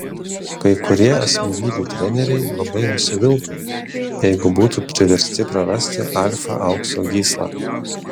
kai kurie asmenybių treneriai labai nusiviltų jeigu būtų priversti prarasti alfa aukso gyslą